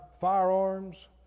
firearms